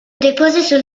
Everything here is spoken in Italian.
depose